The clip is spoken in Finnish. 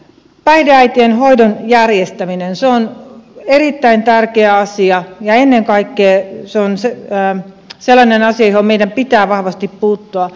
päihdeäitien hoidon järjestäminen on erittäin tärkeä asia ja ennen kaikkea se on sellainen asia johon meidän pitää vahvasti puuttua